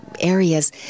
areas